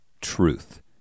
truth